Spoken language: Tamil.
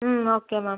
ம் ஓகே மேம்